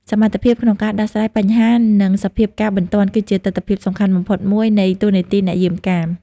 សមត្ថភាពក្នុងការដោះស្រាយបញ្ហា និងសភាពការណ៍បន្ទាន់ គឺជាទិដ្ឋភាពសំខាន់បំផុតមួយនៃតួនាទីអ្នកយាមកាម។